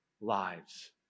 lives